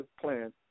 plan